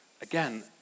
again